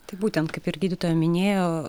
tai būtent kaip ir gydytoja minėjo